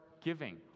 giving